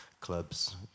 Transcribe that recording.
clubs